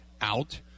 out